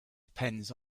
depends